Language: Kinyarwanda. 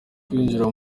kwinjira